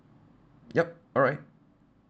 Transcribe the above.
yup alright